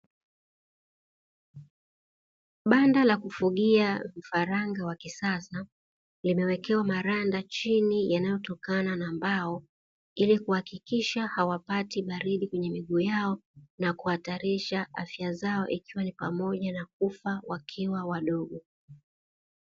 Banda la kufugia vifaranga wa kisasa limewekewa maranda chini yanayotokana na mbao ili kuhakikisha hawapati baridi kwenye miguu yao na kuhatarisha afya zao, ikiwa ni pamoja na kufa wakiwa wadogo.